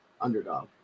underdog